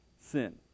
sin